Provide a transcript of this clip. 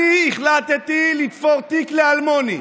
אני החלטתי לתפור תיק לאלמוני,